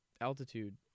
altitude